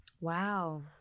Wow